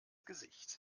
gesicht